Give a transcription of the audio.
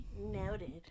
Noted